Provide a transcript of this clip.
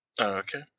Okay